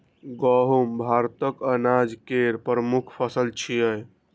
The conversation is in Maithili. गहूम भारतक अनाज केर प्रमुख फसल छियै